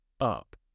up